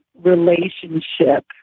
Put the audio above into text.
relationship